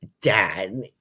dad